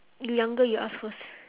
you younger you ask first